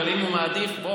אבל אם הוא מעדיף פה,